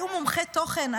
היו מומחי תוכן,